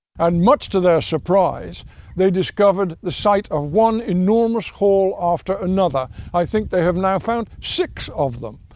and much to their surprise they discovered the site of one enormous hall after another. i think they have now found six of them,